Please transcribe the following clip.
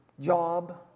job